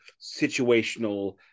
situational